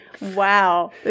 Wow